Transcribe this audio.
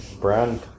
brand